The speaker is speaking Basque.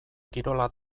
kirola